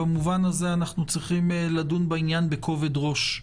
במובן הזה, אנחנו צריכים לדון בעניין בכובד ראש.